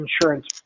insurance